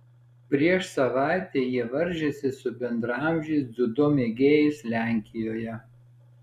prieš savaitę jie varžėsi su bendraamžiais dziudo mėgėjais lenkijoje